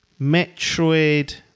Metroid